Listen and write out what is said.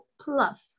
plus